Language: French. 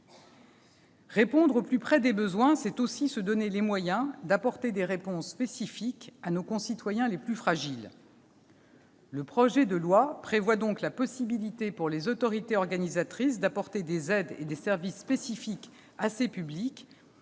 Répondre au plus près des besoins, c'est aussi se donner les moyens d'apporter des réponses spécifiques à nos concitoyens les plus fragiles. Le projet de loi prévoit donc la possibilité, pour les autorités organisatrices, d'apporter des aides et des services spécifiques à ces publics,